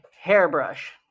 hairbrush